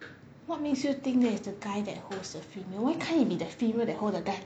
what makes you think that is the guy that holds the female why can't it be the female that hold the guy